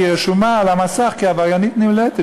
כי היא רשומה על המסך כעבריינית נמלטת